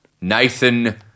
nathan